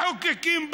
מחוקקים,